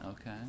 Okay